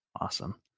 Awesome